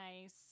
nice